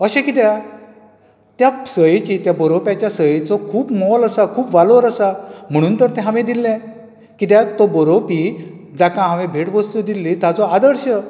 अशें कित्याक त्या सयेची त्या बरोवप्याच्या सयेचो खूब मोल आसा खूब वालोर आसा म्हणून तर हांवें तें दिल्ले कित्याक तो बरोवपी जाका हांवें भेटवस्तू दिल्ली ताचो आदर्श